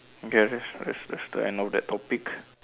okay that's that's that's the end of that topic